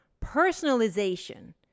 personalization